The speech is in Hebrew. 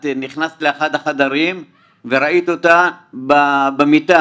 את נכנסת לאחד החדרים וראית אותה במיטה.